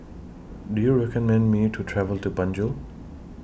Do YOU recommend Me to travel to Banjul